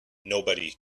nobody